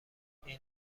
این